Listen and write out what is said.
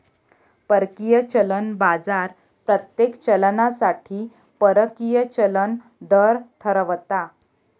परकीय चलन बाजार प्रत्येक चलनासाठी परकीय चलन दर ठरवता